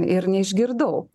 ir neišgirdau